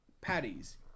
patties